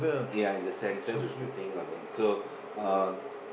yeah in the center with the thing on it so uh